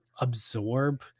absorb